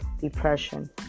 depression